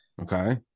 Okay